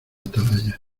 atalaya